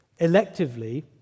electively